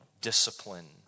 discipline